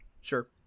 Sure